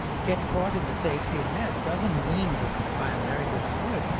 get caught in the safety net doesn't mean that buy american is good.